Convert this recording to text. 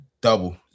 Double